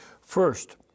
First